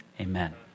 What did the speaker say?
amen